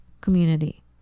community